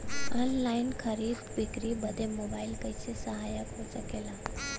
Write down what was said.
Online खरीद बिक्री बदे मोबाइल कइसे सहायक हो सकेला?